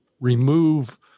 remove